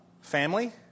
Family